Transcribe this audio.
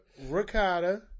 ricotta